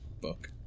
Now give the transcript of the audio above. book